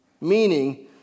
Meaning